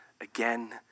again